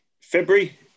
February